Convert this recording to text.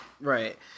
Right